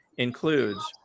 includes